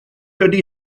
ydy